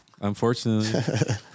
Unfortunately